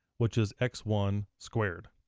which is x one squared.